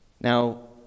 now